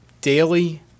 daily